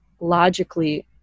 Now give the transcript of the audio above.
logically